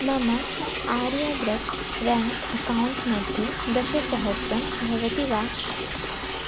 मम Aryavart bank account मध्ये दशसहस्रं भवति वा